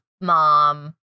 mom